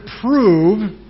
prove